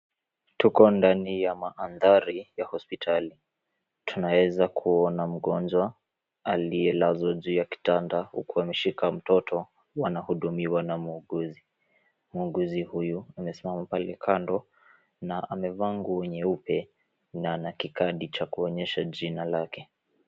Tuko ndani ya mandhari ya hospitali, tunaweza kumwona mgonjwa aliyelazwa juu ya kitanda huku ameshika mtoto wanahudumiwa na muuguzi. Muuguzi huyu amesimama pale kando na amevaa nguo nyeupe na ana kikadi cha kuonyesha jina lake.